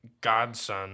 godson